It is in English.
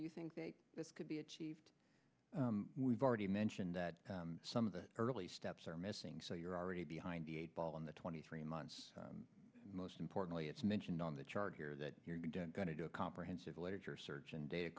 you think this could be achieved we've already mentioned that some of the early steps are missing so you're already behind the eight ball in the twenty three months most importantly it's mentioned on the chart here that you're going to do a comprehensive laser surgeon dat